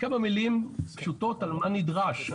כמה מלים פשוטות על מה נדרש,